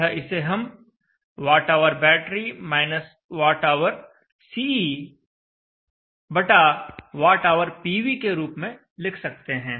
अतः इसे हम WhPV के रूप में लिख सकते हैं